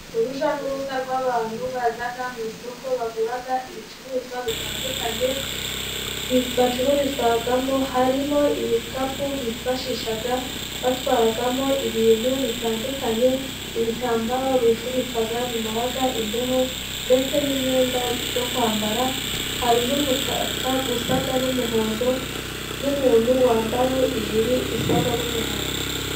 Urujya n'uruza rw'abantu baza mu isoko bagura ibicuruzwa bitandukanye, bacururizamo, harimo ibikapu bifashisha batwaramo ibintu bitandukanye, ibitambaro bifubika bimara imbeho, ndetse n'imyenda yo kwambara, hari n'umutaka usa n'umuhondo n'umuntu wambaye ijiri isa n'umuhondo.